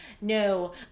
no